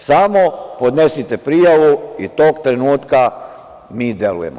Samo podnesite prijavu i tog trenutka mi delujemo.